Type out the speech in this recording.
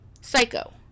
psycho